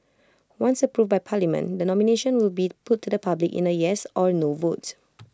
once approved by parliament the nomination will be put to the public in A yes or no vote